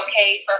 okay